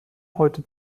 heute